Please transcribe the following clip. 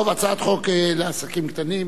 טוב, הצעת חוק לעידוד עסקים קטנים,